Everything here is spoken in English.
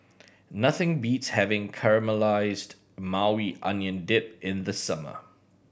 nothing beats having Caramelized Maui Onion Dip in the summer